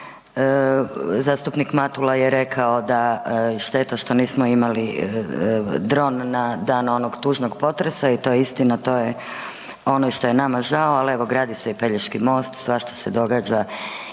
Zastupnik Matula je rekao da šteta što nismo imali dron na dan onog tužnog potresa i to je istina, to je ono što je i nama žao, ali evo gradi se i Pelješki most, svašta se događa